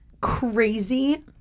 crazy